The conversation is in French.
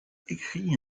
écrit